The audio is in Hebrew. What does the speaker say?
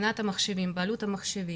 מבחינת המחשבים, בעלות על מחשבים.